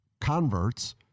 converts